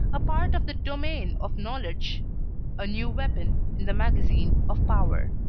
a part of the domain of knowledge a new weapon in the magazine of power.